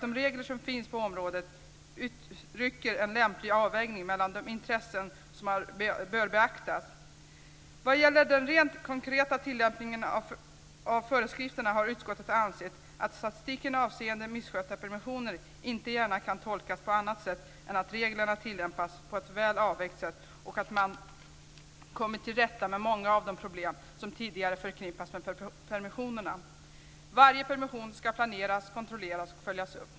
De regler som finns på området uttrycker en lämplig avvägning mellan de intressen som bör beaktas. Vad gäller den rent konkreta tillämpningen av föreskrifterna har utskottet ansett att statistiken avseende misskötta permissioner inte gärna kan tolkas på annat sätt än att reglerna tillämpas på ett väl avvägt sätt och att man kommit till rätta med många av de problem som tidigare förknippats med permissionerna. Varje permission ska planeras, kontrolleras och följas upp.